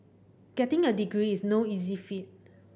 getting a degree is no easy feat